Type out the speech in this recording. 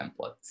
templates